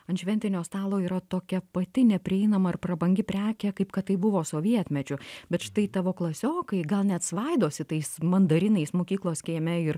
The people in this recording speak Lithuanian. ant šventinio stalo yra tokia pati neprieinama ir prabangi prekė kaip kad tai buvo sovietmečiu bet štai tavo klasiokai gal net svaidosi tais mandarinais mokyklos kieme ir